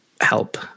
help